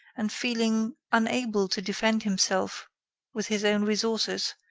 and feeling unable to defend himself with his own resources,